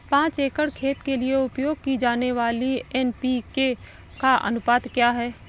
पाँच एकड़ खेत के लिए उपयोग की जाने वाली एन.पी.के का अनुपात क्या है?